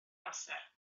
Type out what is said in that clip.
amser